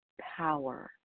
power